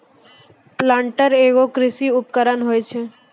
planter एगो कृषि उपकरण होय छै